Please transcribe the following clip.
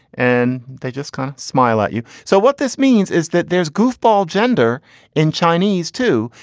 and they just kind of smile at you. so what this means is that there's goofball gender in chinese, too,